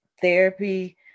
therapy